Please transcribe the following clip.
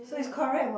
so it's correct what